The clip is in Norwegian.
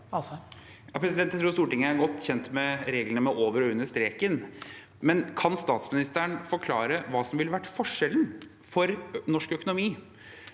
Jeg tror Stortinget er godt kjent med reglene, med over og under streken. Men kan statsministeren forklare hva som ville vært forskjellen for norsk økonomi